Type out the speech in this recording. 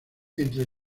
entre